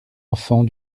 enfant